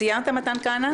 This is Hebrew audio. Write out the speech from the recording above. סיימת, מתן כהנא?